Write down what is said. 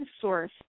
source